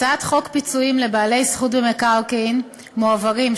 הצעת חוק פיצויים לבעלי זכות במקרקעין מועברים,